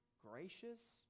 gracious